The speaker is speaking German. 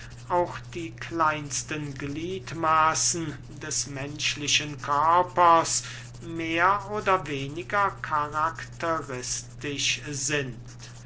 auch die kleinsten gliedmaßen des menschlichen körpers mehr oder weniger karakteristisch sind